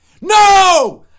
No